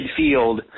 midfield